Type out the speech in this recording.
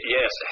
Yes